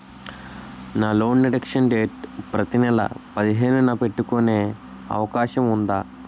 నా loan deduction date ప్రతి నెల పదిహేను న పెట్టుకునే అవకాశం ఉందా?